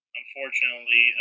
unfortunately